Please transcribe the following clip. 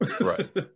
Right